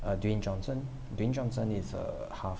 uh dwayne johnson dwayne johnson is uh half